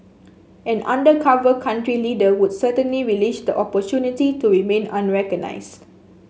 an undercover country leader would certainly relish the opportunity to remain unrecognised